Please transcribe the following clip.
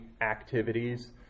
activities